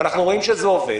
אנחנו נראה שזה עובד,